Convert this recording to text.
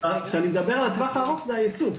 כשאני מדבר על הטווח הארוך זה הייצוא.